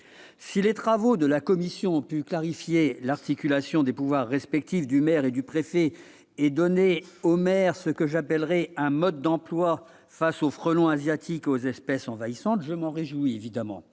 Si les travaux de la commission ont pu clarifier l'articulation des pouvoirs respectifs du maire et du préfet, et donner aux maires ce que j'appellerai un « mode d'emploi » face aux frelons asiatiques et aux espèces envahissantes, je m'en réjouis évidemment.